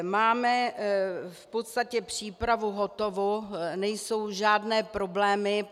Máme v podstatě přípravu hotovu, nejsou žádné problémy.